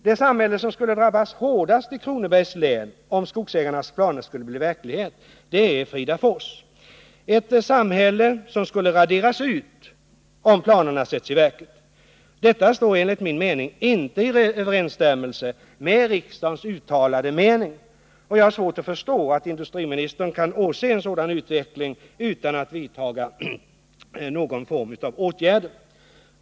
Det samhälle som skulle drabbas hårdast i Kronobergs län, om skogsägarnas planer skulle bli verklighet, är Fridafors— ett samhälle som skulle raderas ut om planerna sätts i verket. Detta står enligt min mening inte i överensstämmelse med riksdagens uttalade mening, och jag har svårt att förstå att industriministern kan åse en sådan utveckling utan att vidta några åtgärder.